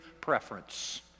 preference